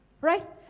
Right